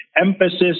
emphasis